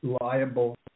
liable